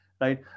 right